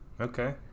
Okay